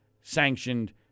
sanctioned